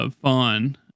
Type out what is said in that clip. fun